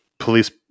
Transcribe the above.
police